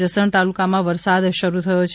જસદણ તાલુકામાં વરસાદ શરૂ થયો છે